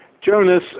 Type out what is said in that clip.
Jonas